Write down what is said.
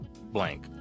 blank